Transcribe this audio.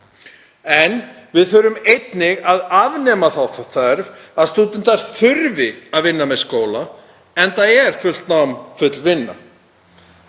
En við þurfum einnig að afnema þá þörf að stúdentar þurfi að vinna með skóla, enda er fullt nám full vinna.